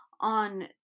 on